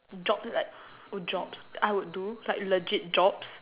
job like jobs I would do like legit jobs